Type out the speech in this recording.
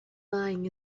lying